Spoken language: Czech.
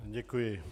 Děkuji.